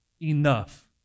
enough